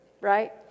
Right